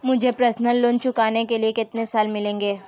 मुझे personal loan चुकाने के लिए कितने साल मिलेंगे?